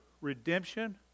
redemption